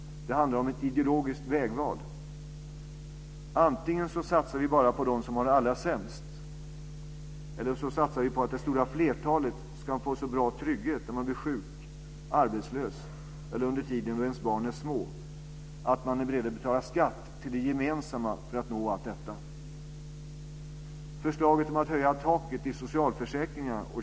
Det handlar om ett ideologiskt vägval. Antingen satsar vi bara på dem som har det allra sämst eller också satsar vi på att det stora flertalet ska få så bra trygghet när man blir sjuk eller arbetslös eller under den tid då ens barn är små att man är beredd att betala skatt till det gemensamma för att nå allt detta.